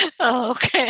Okay